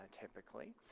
typically